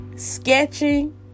sketching